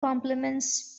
compliments